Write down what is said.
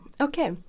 Okay